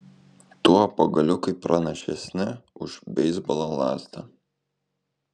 tuo pagaliukai pranašesni už beisbolo lazdą